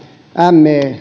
me